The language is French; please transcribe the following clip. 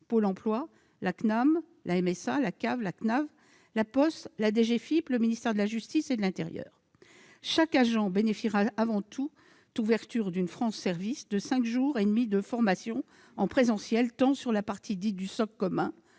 Pôle emploi, la CNAM, la MSA, la CAF, la CNAV, La Poste, la DGFiP, le ministère de la justice et le ministère de l'intérieur. Chaque agent bénéficiera avant toute ouverture d'une maison France services de cinq jours et demi de formation en présentiel tant sur la partie « socle commun